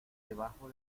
debajo